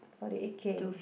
forty eight K